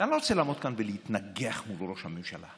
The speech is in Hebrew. אני לא רוצה לעמוד כאן ולהתנגח בראש הממשלה.